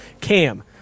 cam